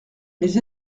mais